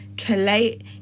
collate